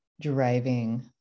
driving